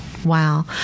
Wow